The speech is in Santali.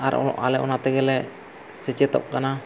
ᱟᱨ ᱚ ᱟᱞᱮ ᱚᱱᱟᱛᱮᱜᱮᱞᱮ ᱥᱮᱪᱮᱫᱚᱜ ᱠᱟᱱᱟ